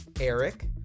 Eric